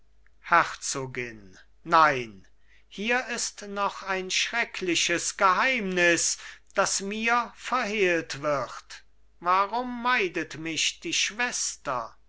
herzogin nein hier ist noch ein schreckliches geheimnis das mir verhehlt wird warum meidet mich die schwester